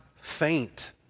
faint